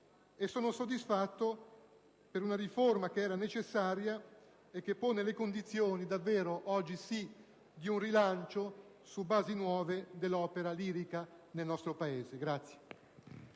sono soddisfatto per una riforma che era necessaria e che pone le condizioni davvero - oggi sì - di un rilancio su basi nuove dell'opera lirica nel nostro Paese.